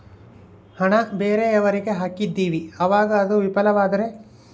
ಹಣ ಬೇರೆಯವರಿಗೆ ಹಾಕಿದಿವಿ ಅವಾಗ ಅದು ವಿಫಲವಾದರೆ?